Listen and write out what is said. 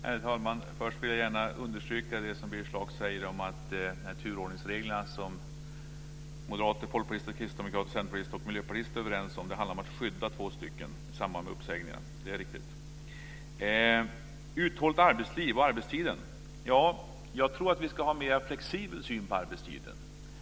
Herr talman! Först vill jag gärna understryka vad Birger Schlaug säger, nämligen att det när det gäller de turordningsregler som moderater, folkpartister, kristdemokrater, centerpartister och miljöpartister är överens om handlar om att skydda två personer i samband med uppsägningar. Detta är riktigt. När det gäller detta med ett uthålligt arbetsliv och arbetstiden tror jag att vi ska ha en mer flexibel syn på arbetstiden.